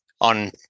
on